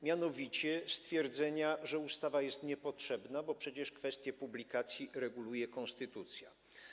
Mianowicie były stwierdzenia, że ustawa jest niepotrzebna, bo przecież kwestię publikacji reguluje konstytucja.